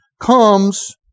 comes